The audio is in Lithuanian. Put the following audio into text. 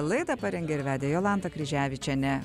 laidą parengė ir vedė jolanta kryževičienė